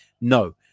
No